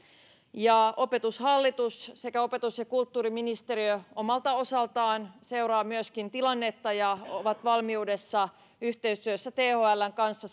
myöskin opetushallitus sekä opetus ja kulttuuriministeriö omalta osaltaan seuraavat tilannetta ja ovat valmiudessa yhteistyössä thln kanssa